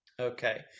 Okay